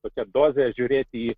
tokia doze žiūrėti į